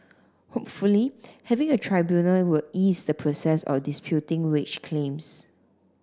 hopefully having a tribunal will ease the process of disputing wage claims